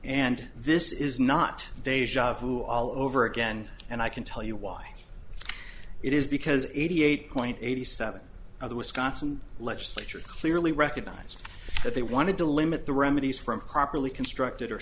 and this is not deja vu all over again and i can tell you why it is because eighty eight point eight seven of the wisconsin legislature clearly recognized that they wanted to limit the remedies from properly constructed or